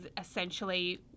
essentially